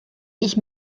ich